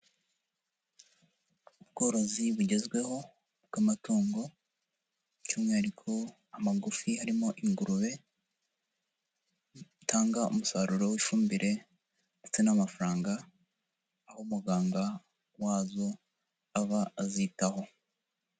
Ubworozi bugezweho bw'amatungo by'umwihariko amagufi arimo ingurube zitanga umusaruro w'ifumbire ndetse n'amafaranga, aho umuganga wazo aba azitaho.